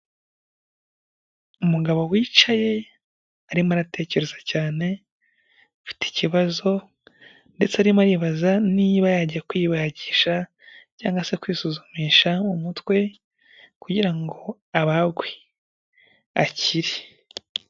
Umugabo wicaye arimo aratekereza cyane afite ikibazo ndetse arimo aribaza niba yajya kwibagisha cyangwa se kwisuzumisha mu mutwe kugira ngo abagwe akire.